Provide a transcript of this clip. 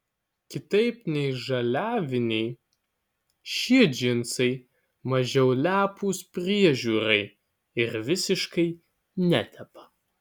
kitaip nei žaliaviniai šie džinsai mažiau lepūs priežiūrai ir visiškai netepa